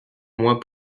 mois